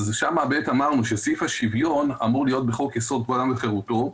אמרנו שסעיף השוויון אמור להיות בחוק יסוד: כבוד האדם וחירותו,